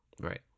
Right